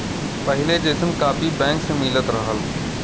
पहिले जइसन copy bank से मिलत रहल